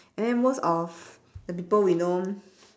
and then most of the people we know